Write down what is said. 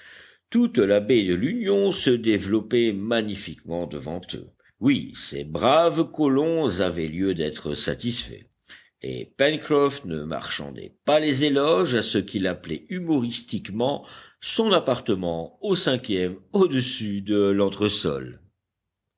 toute la baie de l'union se développait magnifiquement devant eux oui ces braves colons avaient lieu d'être satisfaits et pencroff ne marchandait pas les éloges à ce qu'il appelait humoristiquement son appartement au cinquième au-dessus de l'entresol